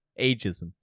ageism